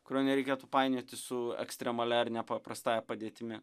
kurio nereikėtų painioti su ekstremalia ar nepaprastąja padėtimi